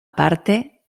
parte